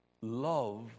love